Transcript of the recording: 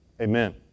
amen